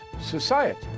society